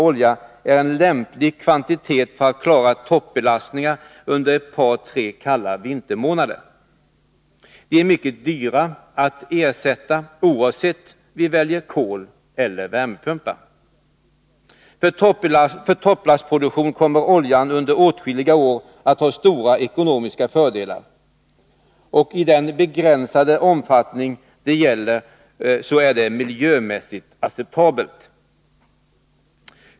olja är en lämplig kvantitet för att klara toppbelastningen under ett par tre kalla vintermånader. Denna kvantitet är mycket dyr att ersätta oavsett om vi väljer kol eller värmepumpar. För topplastproduktion kommer oljan under åtskilliga år att ha stora ekonomiska fördelar, och i den begränsade omfattning det gäller är det miljömässigt acceptabelt.